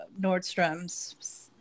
Nordstrom's